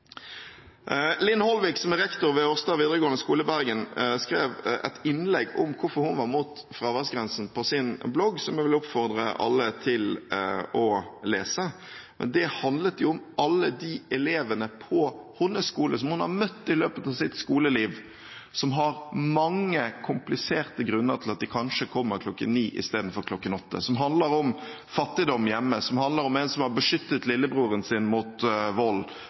Lin Holvik, som er rektor ved Årstad videregående skole i Bergen, skrev et innlegg om hvorfor hun var mot fraværsgrensen, på sin blogg, som jeg vil oppfordre alle til å lese. Det handlet om alle de elevene på hennes skole hun har møtt i løpet av sitt skoleliv, som har mange, kompliserte grunner til at de kanskje kommer kl. 9 istedenfor kl. 8. Det handler om fattigdom hjemme, om en som har beskyttet lillebroren sin mot vold,